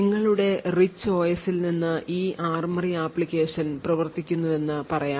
നിങ്ങളുടെ rich OS ൽ നിന്ന് ഈ ARMORY ആപ്ലിക്കേഷൻ പ്രവർത്തിക്കുന്നുവെന്ന് പറയാം